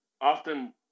Often